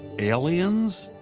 aliens?